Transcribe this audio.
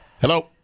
Hello